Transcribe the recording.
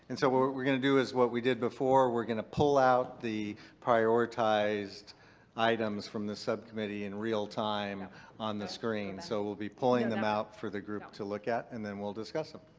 and so what we're we're going to do is what we did before. we're going to pull out the prioritized items from the subcommittee in real time on the screen. so we'll be pulling them out for the group to look at and then we'll discuss them.